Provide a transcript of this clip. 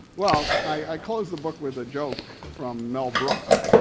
well i close the book with a joke from mel brooks.